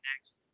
next